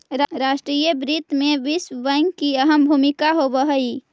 अंतर्राष्ट्रीय वित्त में विश्व बैंक की अहम भूमिका होवअ हई